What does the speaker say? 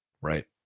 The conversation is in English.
right